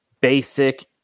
basic